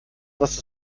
was